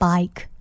Bike